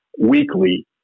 weekly